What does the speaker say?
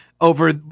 over